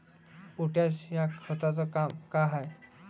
Potash या खताचं काम का हाय?